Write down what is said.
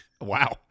Wow